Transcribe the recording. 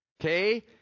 Okay